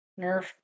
Nerf